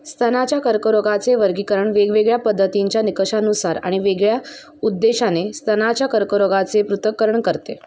स्तनाच्या कर्करोगाचे वर्गीकरण वेगवेगळ्या पद्धतींच्या निकशानुसार आणि वेगळ्या उद्देशाने स्तनाच्या कर्करोगाचे पृथक्करण करते